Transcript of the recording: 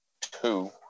two